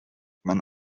man